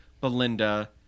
Belinda